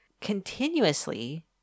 continuously